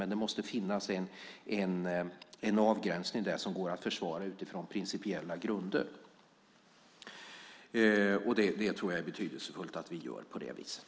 Men det måste finnas en avgränsning som går att försvara utifrån principiella grunder. Jag tror att det är betydelsefullt att vi gör på det viset.